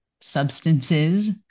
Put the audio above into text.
substances